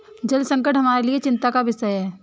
जल संकट हमारे लिए एक चिंता का विषय है